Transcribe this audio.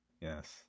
Yes